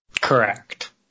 Correct